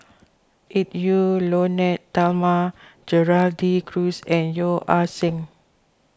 Edwy Lyonet Talma Gerald De Cruz and Yeo Ah Seng